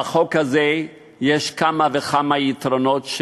בחוק הזה יש כמה וכמה יתרונות,